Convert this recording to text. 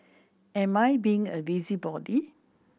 am I being a busybody